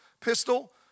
pistol